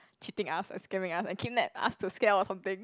cheating us or scaring us and kidnap us to scare or something